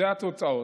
אלה התוצאות.